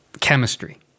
Chemistry